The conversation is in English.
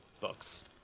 books